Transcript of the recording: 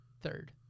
third